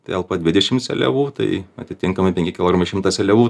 telpa dvidešim seliavų tai atitinkamai penki kilogramai šimtas seliavų